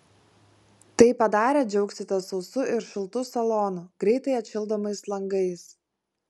tai padarę džiaugsitės sausu ir šiltu salonu greitai atšildomais langais